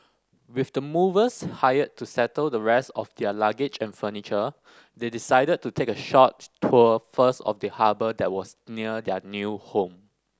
with the movers hired to settle the rest of their luggage and furniture they decided to take a short tour first of the harbour that was near their new home